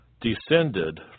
descended